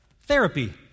therapy